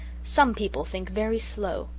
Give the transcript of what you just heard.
some people think very slow.